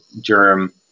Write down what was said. germ